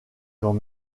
quand